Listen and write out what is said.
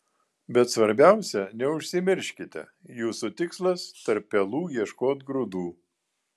bet svarbiausia neužsimirškite jūsų tikslas tarp pelų ieškot grūdų